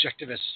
objectivist